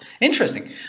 Interesting